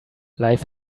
life